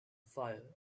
fire